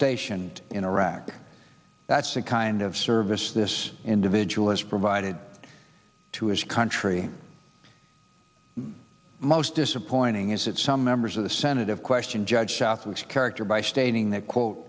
stationed in iraq that's the kind of service this individual has provided to his country most disappointing is that some members of the senate have questioned judge southwards character by stating that quote